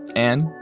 and,